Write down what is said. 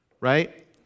right